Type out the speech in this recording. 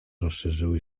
rozszerzyły